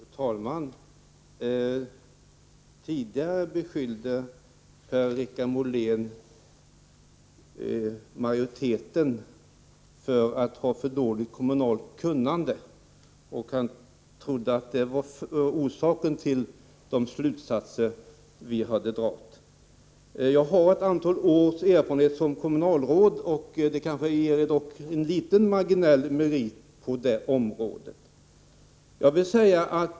Fru talman! Tidigare beskyllde Per-Richard Molén majoriteten för att ha för dåligt kommunalt kunnande. Han trodde att det var orsaken till de slutsatser vi dragit. Jag har ett antal års erfarenhet som kommunalråd. Det kanske ger en liten marginell merit i detta sammanhang.